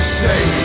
say